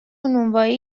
نونوایی